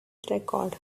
record